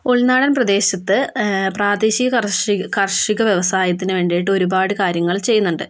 ഉൾനാടൻ പ്രേദേശത്ത് പ്രാദേശിക കാർഷിക കാർഷിക വ്യവസായത്തിനു വേണ്ടീട്ട് ഒരുപാട് കാര്യങ്ങൾ ചെയ്യുന്നുണ്ട്